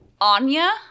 Anya